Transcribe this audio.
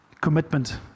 commitment